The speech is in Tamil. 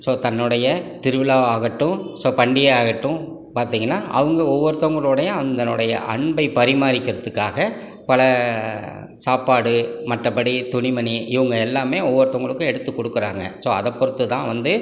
ஸோ தன்னுடைய திருவிழா ஆகட்டும் ஸோ பண்டிகையாகட்டும் பார்த்திங்கனா அவங்க ஒவ்வொருத்தவங்களோடையும் அவங்களோடைய அன்பை பரிமாறிக்கிறதுக்காக பல சாப்பாடு மற்றபடி துணிமணி இவங்க எல்லாமே ஒவ்வொருத்தவங்களுக்கும் எடுத்து கொடுக்குறாங்க ஸோ அதை பொறுத்து தான் வந்து